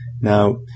Now